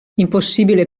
impossibile